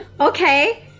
Okay